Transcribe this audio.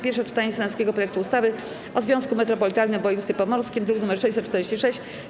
Pierwsze czytanie senackiego projektu ustawy o związku metropolitalnym w województwie pomorskim, druk nr 646,